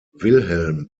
wilhelm